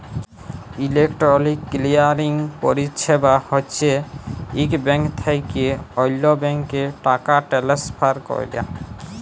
electronic clearing পরিছেবা হছে ইক ব্যাংক থ্যাইকে অল্য ব্যাংকে টাকা টেলেসফার ক্যরা